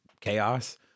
chaos